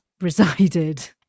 resided